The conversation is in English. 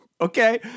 Okay